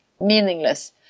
meaningless